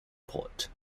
port